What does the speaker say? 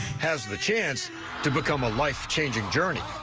has the chance to become a life changing journey.